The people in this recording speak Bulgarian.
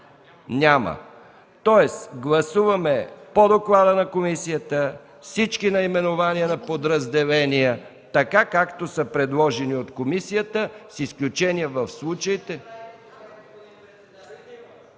Няма. Тоест гласуваме по доклада на комисията всички наименования на подразделения така, както са предложени от комисията, с изключение в случаите...